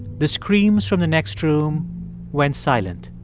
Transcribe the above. the screams from the next room went silent